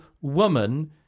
woman